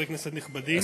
חברי כנסת נכבדים,